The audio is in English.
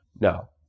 No